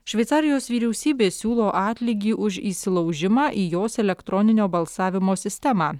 šveicarijos vyriausybė siūlo atlygį už įsilaužimą į jos elektroninio balsavimo sistemą